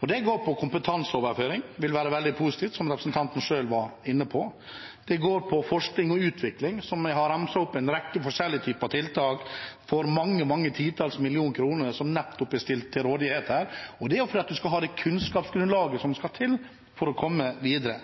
Det går på kompetanseoverføring – som vil være veldig positivt, slik representanten selv var inne på – og det går på forskning og utvikling. Jeg har ramset opp en rekke forskjellige typer tiltak for mange, mange titalls millioner kroner som er stilt til rådighet nettopp her. Det er for at man skal ha det kunnskapsgrunnlaget som skal til for å komme videre.